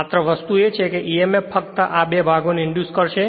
માત્ર વસ્તુ એ છે કે emf ફક્ત આ બે ભાગોને ઇંડ્યુસ કરશે